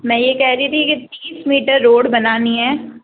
मैं ये कह रही थी कि तीस मीटर रोड बनानी है